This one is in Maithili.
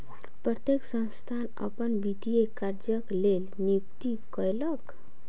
प्रत्येक संस्थान अपन वित्तीय कार्यक लेल नियुक्ति कयलक